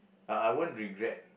but I won't regret